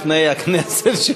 לפני הכנסת,